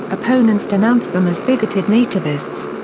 opponents denounced them as bigoted nativists.